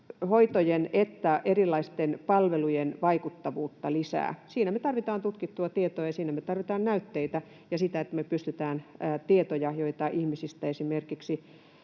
hoitojen että erilaisten palvelujen vaikuttavuutta. Siinä me tarvitaan tutkittua tietoa, ja siinä me tarvitaan näytteitä ja sitä, että me pystytään tietoja, joita ihmisistä esimerkiksi